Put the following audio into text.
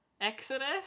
Exodus